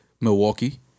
Milwaukee